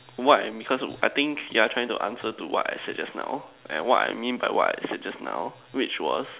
what I mean cause I think you're trying to answer to what I said just now and what I mean by what I said just now which was